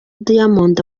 diamond